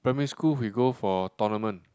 primary school we go for tournament